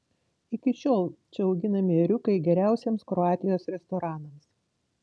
iki šiol čia auginami ėriukai geriausiems kroatijos restoranams